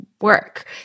work